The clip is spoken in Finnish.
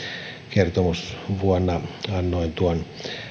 kertomusvuonna annoin tuon